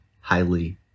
highly